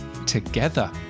together